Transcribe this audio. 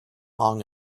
long